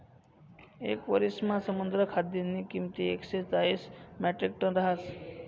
येक वरिसमा समुद्र खाद्यनी किंमत एकशे चाईस म्याट्रिकटन रहास